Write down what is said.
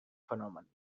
fenomen